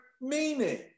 Meaning